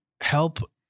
help